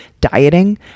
dieting